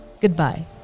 goodbye